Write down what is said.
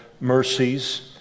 mercies